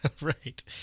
Right